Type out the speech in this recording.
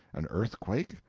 an earthquake?